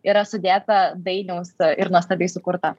yra sudėta dainiaus ir nuostabiai sukurta